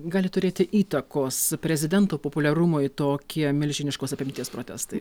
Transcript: gali turėti įtakos prezidento populiarumui tokie milžiniškos apimties protestai